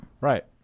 Right